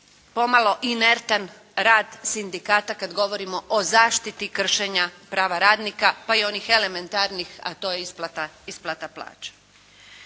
pomalo inertan rad sindikata kad govorimo o zaštiti kršenja prava radnika, pa i onih elementarnih, a to je isplata plaća.